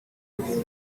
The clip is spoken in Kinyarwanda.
kuhira